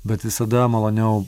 bet visada maloniau